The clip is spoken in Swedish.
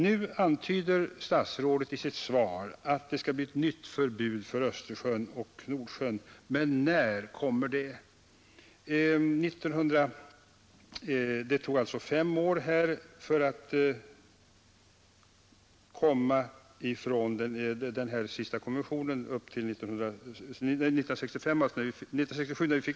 Nu antyder statsrådet i sitt svar att det skall bli ett nytt förbud för Östersjön och Nordsjön, men när? Det tog alltså fem år innan konventionen från 1962 trädde i kraft 1967.